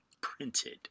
printed